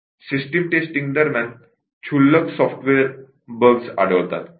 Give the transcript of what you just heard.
system testing दरम्यान क्षुल्लक software bugs आढळतात